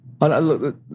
Look